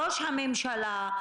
ראש הממשלה,